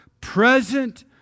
present